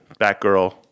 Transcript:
Batgirl